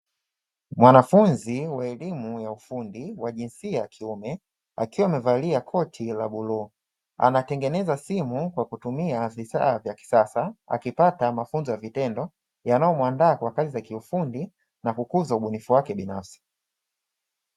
Mwanafunzi wa elimu ya ufundi wa jinsia ya kiume, akiwa amevalia koti la bluu, anatengeneza simu kwa kutumia vifaa vya kisasa. Akipata mafunzo ya vitendo yanayomuandaa kwa kazi ya kiufundi na kukuza ubunifu wake binafsi.